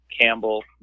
Campbell